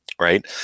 right